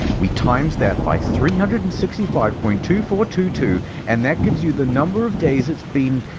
we times that by three hundred and sixty five point two four two two and that gives you the number of days it's been.